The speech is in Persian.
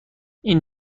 این